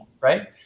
right